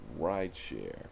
Rideshare